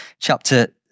chapter